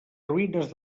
ruïnes